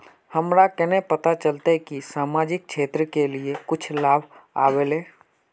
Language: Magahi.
हमरा केना पता चलते की सामाजिक क्षेत्र के लिए कुछ लाभ आयले?